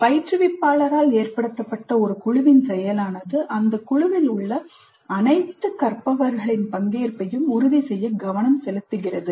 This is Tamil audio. பயிற்றுவிப்பாளரால் ஏற்படுத்தப்பட்ட ஒரு குழுவின் செயலானது அந்தக் குழுவில் உள்ள அனைத்து கற்பவர்களின் பங்கேற்பையும் உறுதி செய்ய கவனம் செலுத்துகிறது